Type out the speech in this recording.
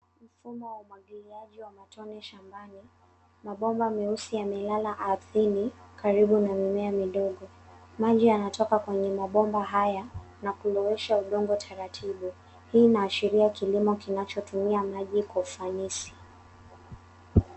Mfumo wa umwagiliaji wa matone shambani. Mabomba meusi yamelala ardhini karibu na mimea midogo. Maji yanatoka kwenye mabomba haya na kulowesha udongo taratibu. Hii inaashiria kilimo kinachotumia maji kwa ufanisi.